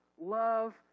Love